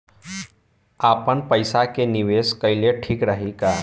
आपनपईसा के निवेस कईल ठीक रही का?